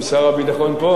אם שר הביטחון פה,